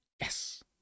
Yes